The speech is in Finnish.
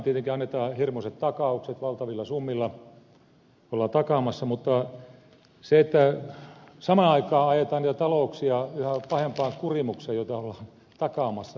siinä tietenkin annetaan hirmuiset takaukset valtavilla summilla ollaan takaamassa mutta samaan aikaan ajetaan yhä pahempaan kurimukseen niitä talouksia joita ollaan takaamassa